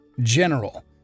General